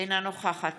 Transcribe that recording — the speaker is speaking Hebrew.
אינה נוכחת